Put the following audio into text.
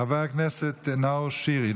חבר הכנסת נאור שירי,